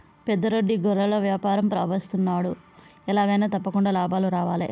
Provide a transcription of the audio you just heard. పెద్ద రెడ్డి గొర్రెల వ్యాపారం ప్రారంభిస్తున్నాడు, ఎలాగైనా తప్పకుండా లాభాలు రావాలే